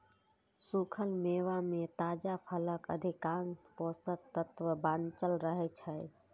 सूखल मेवा मे ताजा फलक अधिकांश पोषक तत्व बांचल रहै छै